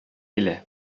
килә